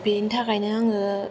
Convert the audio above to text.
बेनि थाखायनो आङो